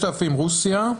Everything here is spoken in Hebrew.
6,000 רוסיה.